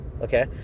Okay